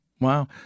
Wow